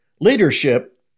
Leadership